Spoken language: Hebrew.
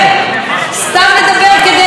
סתם לדבר כדי להגיד.